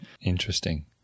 interesting